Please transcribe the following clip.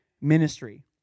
ministry